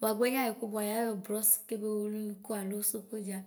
wuagbenya yɛku bua yao brɔss keboo welunuku alo sokodia.